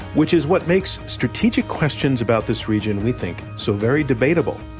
which is what makes strategic questions about this region we think so very debatable,